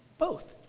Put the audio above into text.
both,